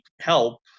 help